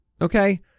Okay